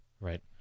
right